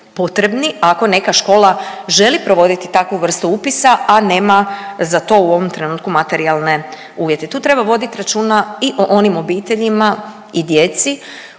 potrebni ako neka škola želi provoditi takvu vrstu upisa, a nema za to u ovom trenutku materijalne uvjete. I tu treba vodit računa i o onim obiteljima i djeci